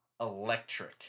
electric